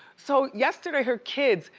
so yesterday her kids,